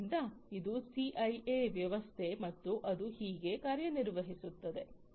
ಆದ್ದರಿಂದ ಇದು ಸಿಐಎ ವ್ಯವಸ್ಥೆ ಮತ್ತು ಅದು ಹೀಗೆ ಕಾರ್ಯನಿರ್ವಹಿಸುತ್ತದೆ